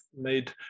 made